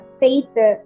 faith